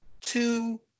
two